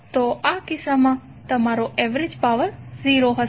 તો આ કિસ્સામાં તમારો એવરેજ પાવર 0 હશે